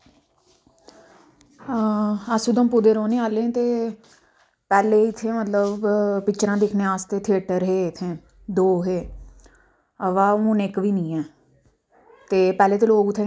साढ़े जम्मू च जियां गल्ल कीती जा की पराने जमाने च केह्ड़े केह्ड़े रवाज़ न जेह्के ऐहीं बी चला दे न जियां साढ़े जम्मू कश्मीर च मतलब मेरा साढ़ा जेह्का